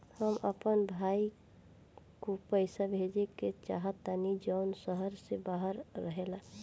हम अपन भाई को पैसा भेजे के चाहतानी जौन शहर से बाहर रहेला